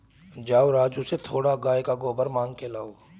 जाओ रामू से थोड़ा गाय का गोबर मांग के लाओ